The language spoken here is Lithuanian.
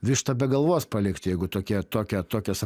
vištą be galvos palikt jeigu tokia tokia tokias